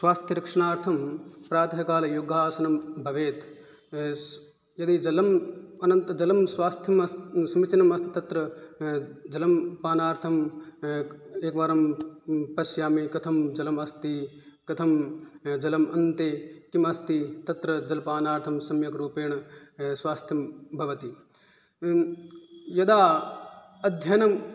स्वास्थ्यरक्षणार्थं प्रातःकाले योगासनं भवेत् यदि जलम् अनन्त् जलं स्वास्थ्यं समीचीनम् अस्ति तत्र जलं पानार्थम् एकवारं पश्यामि कथं जलमस्ति कथं जलम् अन्ते किमस्ति तत्र जलपानार्थं सम्यक् रूपेण स्वास्थ्यं भवति यदा अध्ययनं